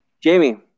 Jamie